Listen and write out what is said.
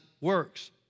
works